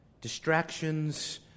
distractions